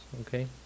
Okay